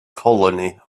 colony